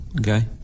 okay